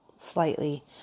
slightly